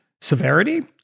severity